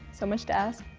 so much to ask?